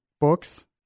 books